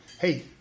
Hey